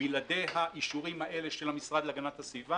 בלעדי האישורים האלה של המשרד להגנת הסביבה